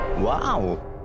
Wow